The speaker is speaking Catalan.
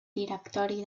directori